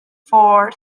for